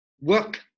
work